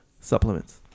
supplements